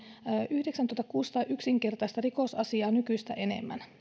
yhdeksäntuhattakuusisataa yksinkertaista rikosasiaa nykyistä enemmän